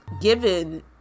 given